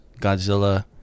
godzilla